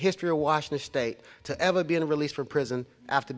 history of washington state to ever being released from prison after